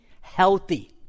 healthy